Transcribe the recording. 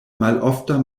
malofta